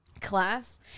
class